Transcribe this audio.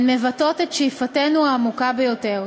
הן מבטאות את שאיפתנו העמוקה ביותר.